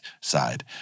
side